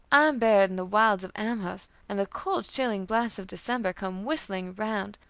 i am buried in the wilds of amherst, and the cold, chilling blasts of december come whistling around,